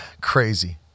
crazy